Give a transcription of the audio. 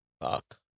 Fuck